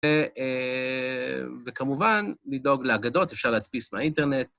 וכמובן, לדאוג להגדות, אפשר להדפיס מהאינטרנט.